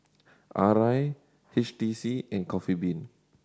Arai H T C and Coffee Bean